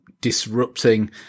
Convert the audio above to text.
disrupting